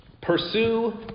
Pursue